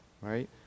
right